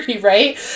Right